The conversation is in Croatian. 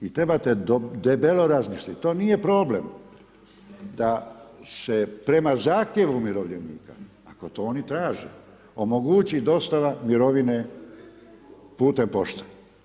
I trebate debelo razmisliti, to nije problem da se prema zahtjevu umirovljenika, ako to oni traže, omogući dostava mirovine putem pošte.